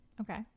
Okay